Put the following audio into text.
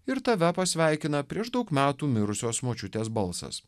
ir tave pasveikina prieš daug metų mirusios močiutės balsas